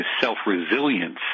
self-resilience